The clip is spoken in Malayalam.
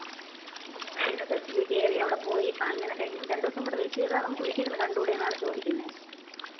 ഓ അത്ശേന ബസ്സിൽ കയറി അവിടെപ്പോയി കാണുന്നതിനേക്കഴിഞ്ഞും രണ്ടു ദിവസം കൂ വെയ്റ്റ് ചെയ്ത നമുക്ക് വീട്ടിലിരുന്ന് കണ്ടു കൂടെയെന്നാണ് ചോദിക്കുന്നത്